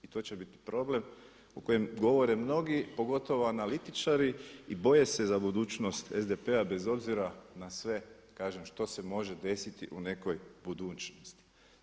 I to će biti problem o kojem govore mnogi, pogotovo analitičari i boje se za budućnost SDP-a bez obzira na sve kažem što se može desiti u nekoj budućnosti.